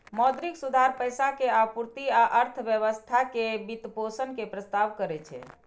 मौद्रिक सुधार पैसा के आपूर्ति आ अर्थव्यवस्था के वित्तपोषण के प्रस्ताव करै छै